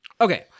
Okay